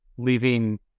leaving